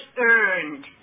earned